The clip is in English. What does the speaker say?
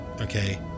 okay